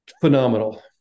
phenomenal